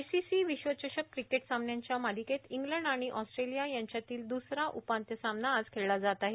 ICC विश्वचषक cricket सामन्यांच्या मालिकेत इंग्लंड आणि ऑस्ट्रेलिया यांच्यातील दुसरा उपांत्य सामना आज खेळला जात आहे